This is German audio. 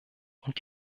und